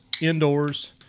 indoors